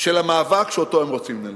של המאבק שהם רוצים לנהל,